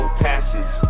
passes